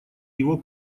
его